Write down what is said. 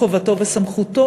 חובתו וסמכותו,